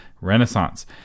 renaissance